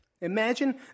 Imagine